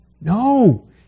No